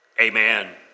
amen